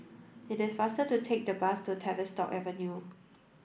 it is faster to take the bus to Tavistock Avenue